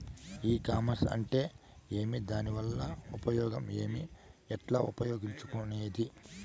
ఈ కామర్స్ అంటే ఏమి దానివల్ల ఉపయోగం ఏమి, ఎట్లా ఉపయోగించుకునేది?